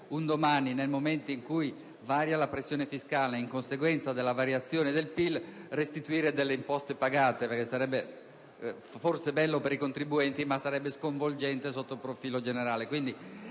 un domani, nel momento in cui varia la pressione fiscale in conseguenza della variazione del PIL, restituire delle imposte pagate; sarebbe forse bello per i contribuenti ma sconvolgente sotto il profilo generale.